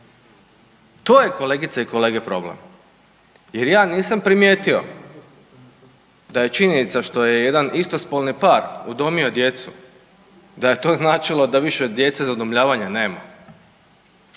To je kolegice i kolege problem jer ja nisam primijetio da je činjenica što je jedan istospolni par udomio djecu, da je to značilo da više djece za udomljavanje nema